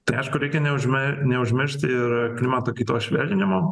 tai aišku reikia neužmi neužmiršti ir klimato kaitos švelninimo